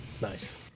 Nice